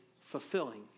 fulfilling